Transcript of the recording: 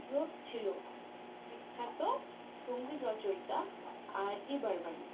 পুত্র ছিল বিখ্যাত সঙ্গীত রচয়িতা আর ডি বর্মন